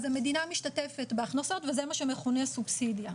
אז המדינה משתתפת בהכנסות וזה מה שמכונה סובסידיה.